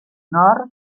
nord